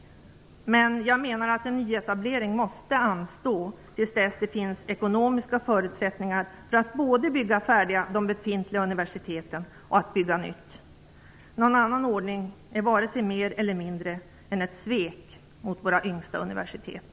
Men jag menar att en nyetablering måste anstå till dess det finns ekonomiska förutsättningar för att både bygga färdigt de befintliga universiteten och bygga nytt. En annan ordning är varken mer eller mindre än ett svek mot våra yngsta universitet.